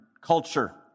culture